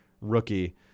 rookie